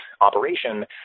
operation